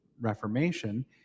Reformation